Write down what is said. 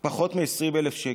פחות מ-20,000 שקל.